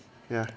ya